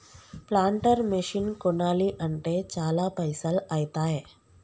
planter machine కొనాలి అంటే చాల పైసల్ ఐతాయ్